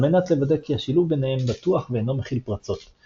על מנת לוודא כי השילוב ביניהם בטוח ואינו מכיל פרצות.